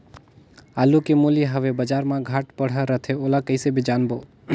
आलू के मूल्य हवे बजार मा घाट बढ़ा रथे ओला कइसे जानबो?